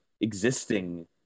existing